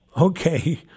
Okay